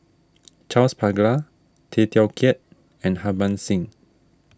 Charles Paglar Tay Teow Kiat and Harbans Singh